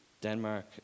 Denmark